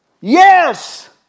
yes